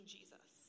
Jesus